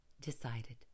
decided